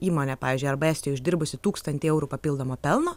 įmonė pavyzdžiui arba estijoj uždirbusi tūkstantį eurų papildomo pelno